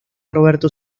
roberto